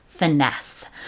finesse